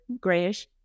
grayish